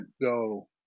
go